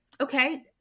Okay